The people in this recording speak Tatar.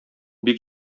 бик